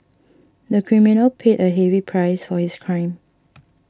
the criminal paid a heavy price for his crime